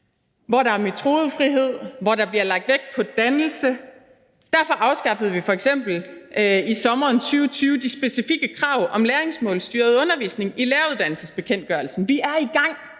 hvor der er metodefrihed, hvor der bliver lagt vægt på dannelse. Derfor afskaffede vi f.eks. i sommeren 2020 de specifikke krav om læringsmålstyret undervisning i læreruddannelsesbekendtgørelsen. Vi er i gang